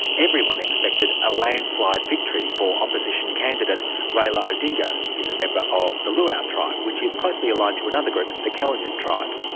everyone expected a landslide victory for opposition candidate raila odinga, who's a member of the luo ah tribe, which is closely aligned to another group, the kalenjin tribe.